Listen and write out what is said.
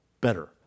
better